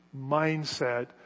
mindset